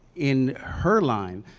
in her life,